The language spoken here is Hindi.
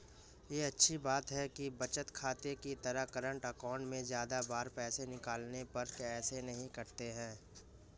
ये अच्छी बात है कि बचत खाते की तरह करंट अकाउंट में ज्यादा बार पैसे निकालने पर पैसे नही कटते है